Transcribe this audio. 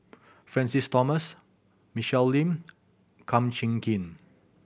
Francis Thomas Michelle Lim Kum Chee Kin